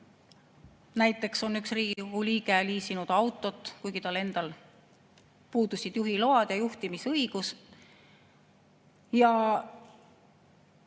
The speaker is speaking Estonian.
Näiteks on üks Riigikogu liige liisinud autot, kuigi tal endal puudusid juhiload ja juhtimisõigus. Sõna